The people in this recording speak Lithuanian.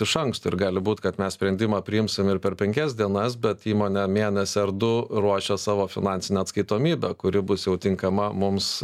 iš anksto ir gali būt kad mes sprendimą priimsim ir per penkias dienas bet įmonė mėnesį ar du ruošia savo finansinę atskaitomybę kuri bus jau tinkama mums